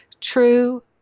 true